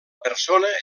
persona